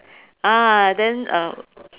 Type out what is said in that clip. ah then uh